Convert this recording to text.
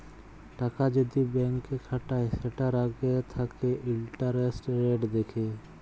টাকা যদি ব্যাংকে খাটায় সেটার আগে থাকে ইন্টারেস্ট রেট দেখে